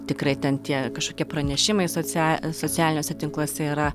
tikrai ten tie kažkokie pranešimai socia socialiniuose tinkluose yra